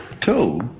Two